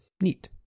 Neat